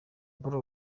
paul